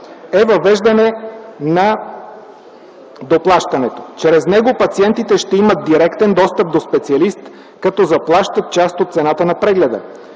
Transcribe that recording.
е въвеждане на доплащането. Чрез него пациентите ще имат директен достъп до специалист, като заплащат част от цената на прегледа.